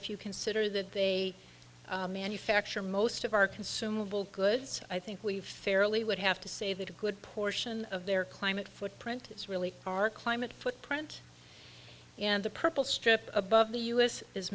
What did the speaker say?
if you consider that they manufacture most of our consumable goods i think we fairly would have to say that a good portion of their climate footprint it's really our climate footprint and the purple strip above the us is